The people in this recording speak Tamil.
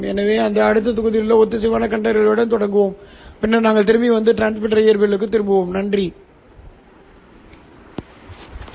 எனவே உள்ளூர் ஆஸிலேட்டர்களை இரண்டு பகுதிகளாகப் பிரித்து பின்னர் Ix Qx Iy மற்றும் Qy ஐ மீட்டெடுக்க ஒரு இருப்பு புகைப்படக் கண்டுபிடிப்பாளரைச் செய்யுங்கள்